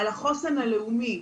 על החוסן הלאומי.